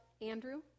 Andrew